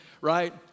right